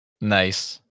Nice